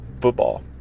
football